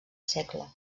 segle